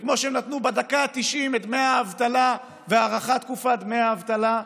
וכמו שהם נתנו בדקה ה-90 את דמי האבטלה והארכת תקופת דמי האבטלה,